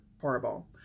horrible